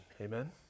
Amen